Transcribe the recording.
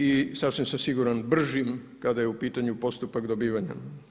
I sasvim sam siguran bržim kada je u pitanju postupak dobivanja.